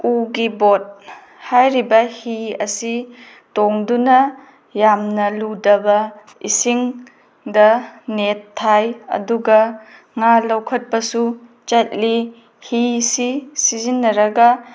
ꯎꯒꯤ ꯕꯣꯠ ꯍꯥꯏꯔꯤꯕ ꯍꯤ ꯑꯁꯤ ꯇꯣꯡꯗꯨꯅ ꯌꯥꯝꯅ ꯂꯨꯗꯕ ꯏꯁꯤꯡꯗ ꯅꯦꯠ ꯊꯥꯏ ꯑꯗꯨꯒ ꯉꯥ ꯂꯧꯈꯠꯄꯁꯨ ꯆꯠꯂꯤ ꯍꯤꯁꯤ ꯁꯤꯖꯤꯟꯅꯔꯒ